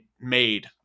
made